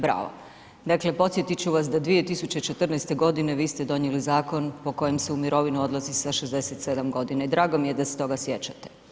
Bravo, dakle podsjetit ću vas da 2014. godine vi ste donijeli Zakon po kojem se u mirovinu odlazi sa 67 godina i drago mi je da se toga sjećate.